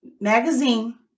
Magazine